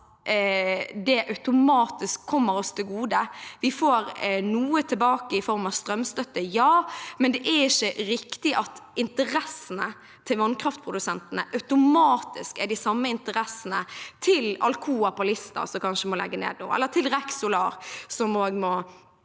at det automatisk kommer oss til gode. Vi får noe tilbake i form av strømstøtte, ja, men det er ikke riktig at interessene til vannkraftprodusentene automatisk er de samme som interessene til Alcoa på Lista, som kanskje må legge ned nå,